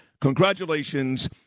Congratulations